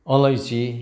अलैँची